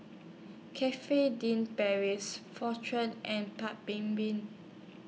Cafe Din Paris Fortune and Paik's Bibim